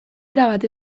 erabat